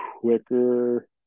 quicker